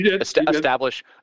establish